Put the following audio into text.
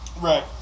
Right